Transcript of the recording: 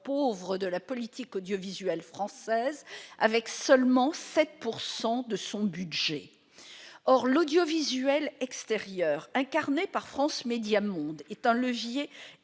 pauvre de la politique audiovisuelle française. Il ne représente en effet que 7 % de son budget. Or l'audiovisuel extérieur, incarné par France Médias Monde, est un levier